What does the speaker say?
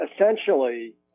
Essentially